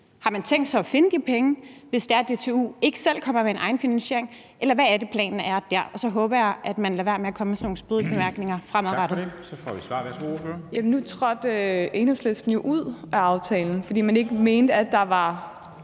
Har man tænkt sig at finde de penge, hvis DTU ikke selv kommer med en egenfinansiering, eller hvad er planen der? Og så håber jeg, at man lader være med at komme med sådan nogle spydige bemærkninger fremadrettet.